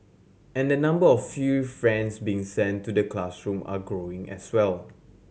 and the number of furry friends being sent to the classroom are growing as well